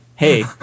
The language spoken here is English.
Hey